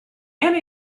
and